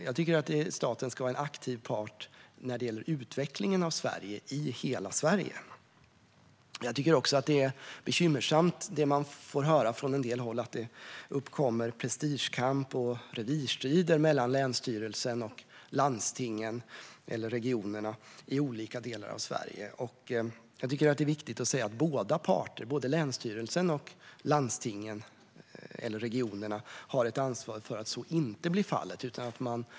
Jag tycker att staten ska vara en aktiv part när det gäller utvecklingen av Sverige i hela Sverige. Jag tycker också att det som man får höra från en del håll är bekymmersamt: att det uppkommer prestigekamp och revirstrider mellan länsstyrelsen och landstingen eller regionerna i olika delar av Sverige. Jag tycker att det är viktigt att säga att båda parter - både länsstyrelsen och landstingen eller regionerna - har ett ansvar för att så inte blir fallet.